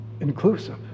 Inclusive